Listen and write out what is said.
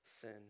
sin